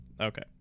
Okay